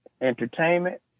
Entertainment